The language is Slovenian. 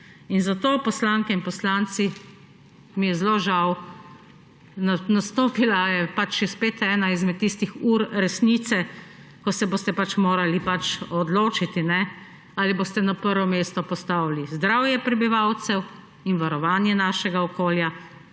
Zato, poslanke in poslanci, mi je zelo žal, nastopila je spet ena izmed tistih ur resnice, ko se boste pač morali odločiti, ali boste na prvo mesto postavili zdravje prebivalcev in varovanje našega okolja